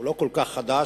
או לא כל כך חדש,